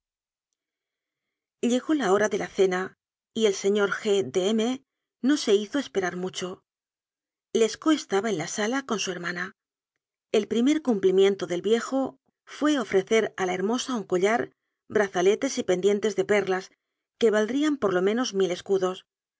llegó la hora de la cena y el señor g de m no se hizo esperar mucho lescaut estaba en la sala con su hermana el primer cumplimiento del viejo fué ofrecer a la hermosa un collar bra zaletes y pendientes de perlas que valdrían por lo menos mil escudos